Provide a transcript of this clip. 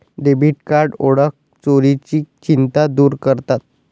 debit card ओळख चोरीची चिंता दूर करतात